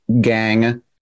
gang